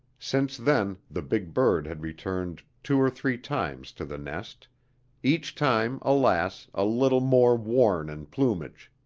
since then the big bird had returned two or three times to the nest each time, alas, a little more worn in plumage.